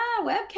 webcam